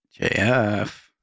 JF